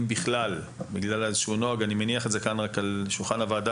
בכלל בגלל איזשהו נוהג על שולחן הוועדה,